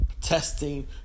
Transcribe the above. Testing